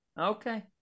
Okay